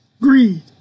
Greed